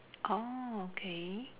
orh okay